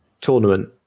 tournament